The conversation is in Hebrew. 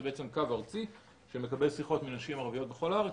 זה קו ארצי שמקבל שיחות מנשים ערביות בכל הארץ,